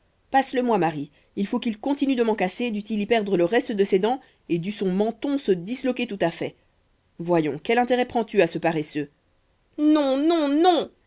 passe le moi marie il faut qu'il continue de m'en casser dût-il y perdre le reste de ses dents et dût son menton se disloquer tout à fait voyons quel intérêt prends-tu à ce paresseux non non non